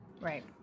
Right